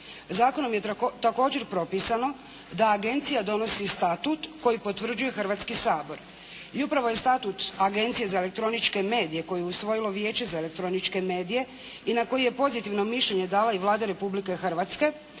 Zakonom je također propisano da agencija donosi Statut koji potvrđuje Hrvatski sabor. I upravo je Statut Agencije za elektroničke medije koje je usvojilo Vijeće za elektroničke medije i na koji je pozitivno mišljenje dala i Vlada Republike Hrvatske,